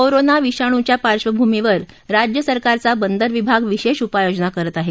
corona विषाणूच्या पार्श्वभूमीवर राज्यसरकारचा बंदर विभाग विशेष उपाययोजना करत आहे